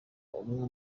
umwe